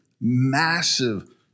massive